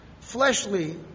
fleshly